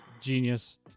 Genius